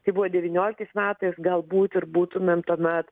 kaip buvo devynioliktais metais galbūt ir būtumėm tuomet